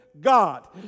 God